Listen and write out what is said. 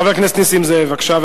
חבר הכנסת נסים זאב, בבקשה.